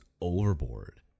overboard